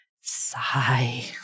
Sigh